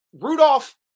Rudolph